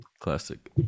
Classic